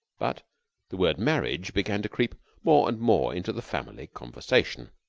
but the word marriage began to creep more and more into the family conversation,